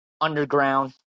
underground